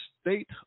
state